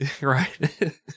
Right